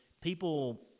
people